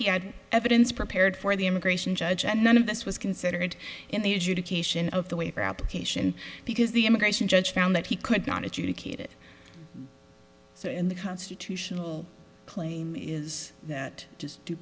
he had evidence prepared for the immigration judge and none of this was considered in the adjudication of the waiver application because the immigration judge found that he could not adjudicated in the constitutional claim is that just due